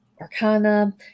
Arcana